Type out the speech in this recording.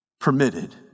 permitted